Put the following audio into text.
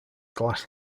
glass